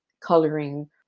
coloring